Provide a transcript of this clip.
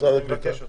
משרד הקליטה?